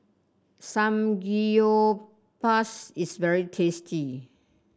Samgeyopsal is very tasty